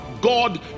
God